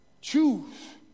Choose